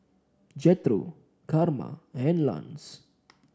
Jethro Karma and Lance